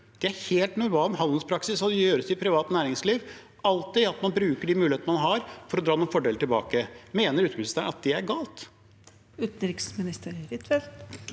Det er helt normal handelspraksis og gjøres i det private næringsliv: Man bruker alltid de mulighetene man har, for å dra noen fordeler tilbake. Mener utenriksministeren at det er galt?